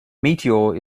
meteor